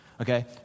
okay